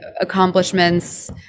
accomplishments